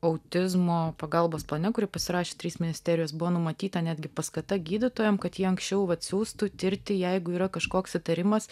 autizmo pagalbos plane kurį pasirašė trys ministerijos buvo numatyta netgi paskata gydytojam kad jie anksčiau vat siųstų tirti jeigu yra kažkoks įtarimas